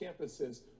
campuses